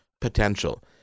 potential